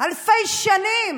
אלפי שנים